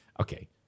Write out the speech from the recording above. Okay